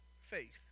faith